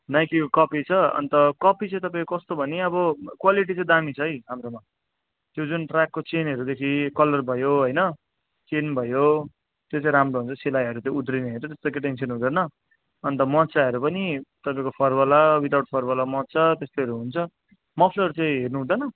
नाइकीको कपी छ अन्त कपी चाहिँ तपाईँको कस्तो भने अब क्वालिटी चाहिँ दामी छ है हाम्रोमा त्यो जुन ट्र्याकको चेनहरूदेखि कलर भयो होइन चेन भयो त्यो चाहिँ राम्रो हुन्छ सिलाईहरू उद्रिनेहरू त्यस्तो केही टेन्सन हुँदैन अन्त मोजाहरू पनि तपाईँको फरवाला विदाउट फरवाला मोजा त्यस्तैहरू हुन्छ मफलर चाहिँ हेर्नुहुँदैन